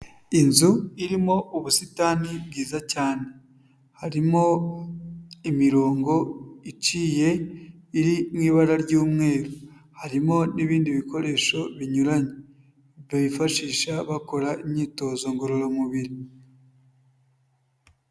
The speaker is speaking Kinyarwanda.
Inzu irimo ubusitani bwiza cyane, harimo imirongo iciye, iri mu ibara ry'umweru, harimo n'ibindi bikoresho binyuranye, bifashisha bakora imyitozo ngororamubiri.